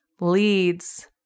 leads